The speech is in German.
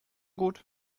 gut